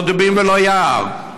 לא דובים ולא יער.